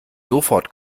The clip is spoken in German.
sofort